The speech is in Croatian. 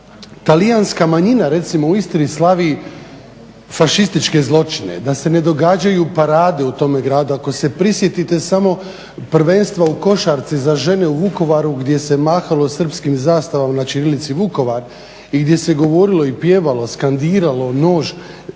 talijanska manjina recimo u Istri slavi fašističke zločine, da se ne događaju parade u tome gradu. Ako se prisjetite samo prvenstva u košarci za žene u Vukovaru gdje se mahalo srpskim zastavama na ćirilici Vukovar i gdje se govorilo i pjevalo, skandiralo "nož,